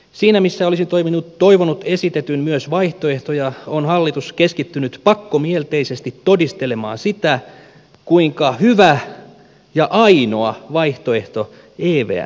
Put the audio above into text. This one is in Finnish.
siinä missä olisi toivonut esitetyn myös vaihtoehtoja on hallitus keskittynyt pakkomielteisesti todistelemaan sitä kuinka hyvä ja ainoa vaihtoehto evm on